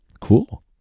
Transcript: Cool